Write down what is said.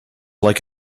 like